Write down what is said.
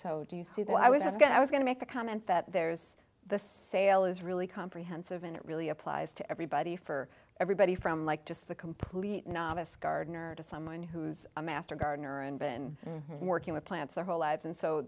so do you see that i was going to i was going to make the comment that there's the sale is really comprehensive and it really applies to everybody for everybody from like just the complete novice gardener to someone who's a master gardener and been working with plants their whole lives and so